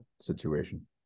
situation